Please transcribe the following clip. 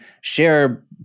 share